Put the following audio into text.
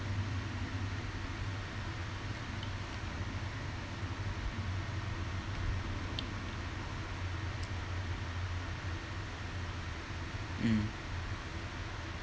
mm